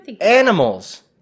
animals